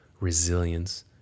resilience